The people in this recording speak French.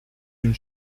une